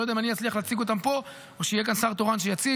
אני לא יודע אם אני אצליח להציג אותם פה או שיהיה כאן שר תורן שיציג,